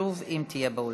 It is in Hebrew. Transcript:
שוב, אם תהיה באולם.